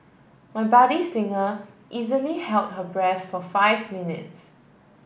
my budding singer easily held her breath for five minutes